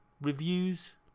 reviews